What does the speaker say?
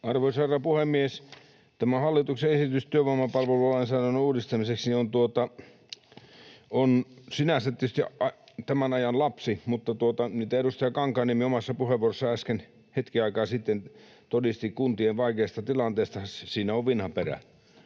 Arvoisa herra puhemies! Tämä hallituksen esitys työvoimapalvelulainsäädännön uudistamiseksi on sinänsä tietysti tämän ajan lapsi, mutta siinä, mitä edustaja Kankaanniemi omassa puheenvuorossaan äsken, hetken aikaa sitten todisti kuntien vaikeasta tilanteesta, on vinha perä.